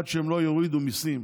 עד שהם לא יורידו מיסים